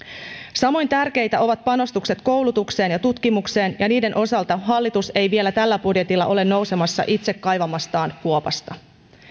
samoin tärkeitä ovat panostukset koulutukseen ja tutkimukseen ja niiden osalta hallitus ei vielä tällä budjetilla ole nousemassa itse kaivamastaan kuopasta